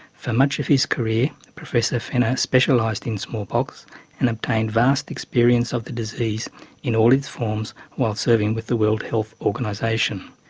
for much of his career, professor fenner specialised in smallpox and obtained vast experience of the disease in all its forms while serving with the world health organisation.